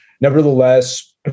Nevertheless